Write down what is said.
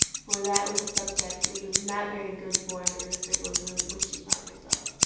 for that was a subject which was not very good form in the circles in which she found herself,